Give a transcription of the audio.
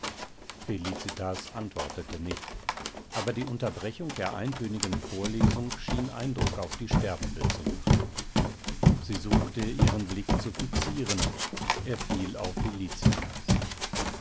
felicitas antwortete nicht aber die unterbrechung der eintönigen vorlesung schien eindruck auf die sterbende zu machen sie suchte ihren blick zu fixieren er fiel auf felicitas